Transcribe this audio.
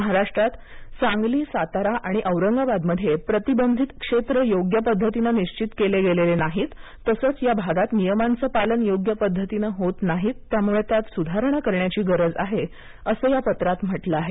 महाराष्ट्रात सांगली सातारा आणि औरंगाबादमध्ये प्रतिबंधित क्षेत्र योग्य पद्धतीनं निश्चित केले गेलेले नाहीत तसंच या भागात नियमांचं पालन योग्य पद्धतीनं होत नाही त्यात सुधारणा करण्याची गरज आहे असं या पत्रात म्हटलं आहे